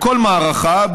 בכל מערכה,